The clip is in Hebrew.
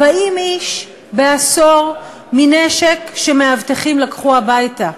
40 איש בעשור מנשק שמאבטחים לקחו הביתה,